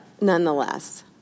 nonetheless